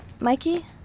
Mikey